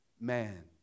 man